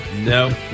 No